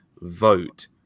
vote